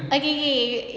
okay okay okay